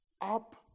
up